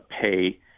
pay